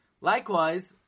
Likewise